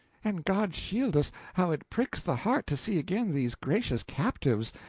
and god shield us, how it pricks the heart to see again these gracious captives,